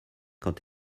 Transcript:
quand